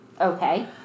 Okay